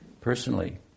personally